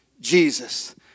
jesus